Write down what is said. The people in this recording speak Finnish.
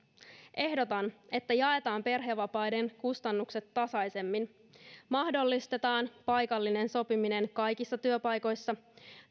ehdotan että jaetaan perhevapaiden kustannukset tasaisemmin mahdollistetaan paikallinen sopiminen kaikissa työpaikoissa